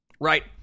right